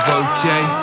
okay